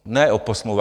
Ne oposmlouva.